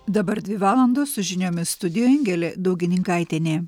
dabar dvi valandos su žiniomis studijoje angelė daugininkaitienė